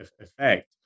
effect